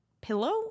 pillow